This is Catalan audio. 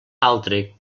altre